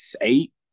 eight